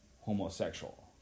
homosexual